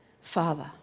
Father